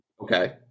Okay